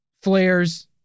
flares